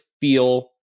feel –